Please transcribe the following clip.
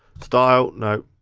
style, no,